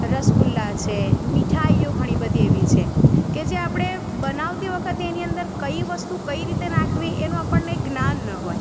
રસગુલ્લા છે મીઠાઈઓ ઘણી બધી એવી છે કે જે આપણે બનાવતી વખતે એની અંદર કઈ વસ્તુ કઈ રીતે નાખવી એનું આપણને જ્ઞાન ન હોય